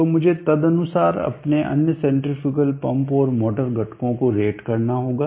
तो मुझे तदनुसार अपने अन्य सेंट्रीफ्यूगल पंप और मोटर घटकों को रेट करना होगा